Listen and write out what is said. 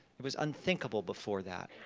it was unthinkable before that.